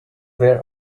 where